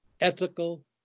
ethical